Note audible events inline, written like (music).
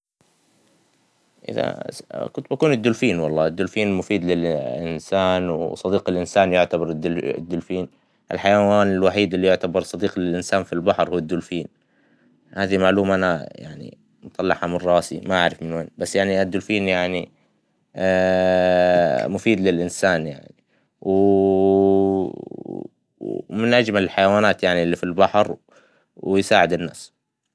إذا س- كنت بكون الدولفين والله, الدولفين مفيد للإنسان, وصديق الإنسان يعتبر دل- الدولفين, الحيوان الوحيد إللي يعتبر صديق للإنسان في البحر هو الدولفين, هذي معلومة انا اا- يعني مطلعها من راسي ما أعرف من وين, بس يعني الدولفين يعني, (hesitation) مفيد للإنسان, يعني و (hesitation) و من أجمل الحيوانات يعني إللي في البحر, ويساعد الناس.